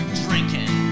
drinking